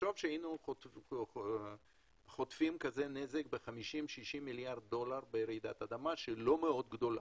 תחשוב שהיינו חוטפים כזה נזק ב-50,60 מיליארד דולר שהיא לא מאוד גדולה.